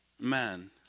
man